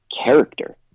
character